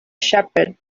shepherd